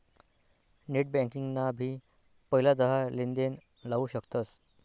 net banking ना भी पहिला दहा लेनदेण लाऊ शकतस